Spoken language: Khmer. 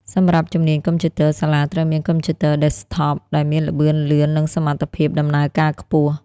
សម្រាប់ជំនាញកុំព្យូទ័រ សាលាត្រូវមានកុំព្យូទ័រ Desktop ដែលមានល្បឿនលឿននិងសមត្ថភាពដំណើរការខ្ពស់។